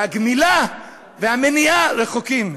והגמילה והמניעה רחוקות.